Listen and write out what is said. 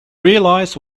realize